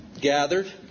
gathered